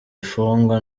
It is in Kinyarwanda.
infungwa